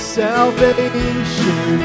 salvation